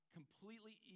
completely